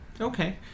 okay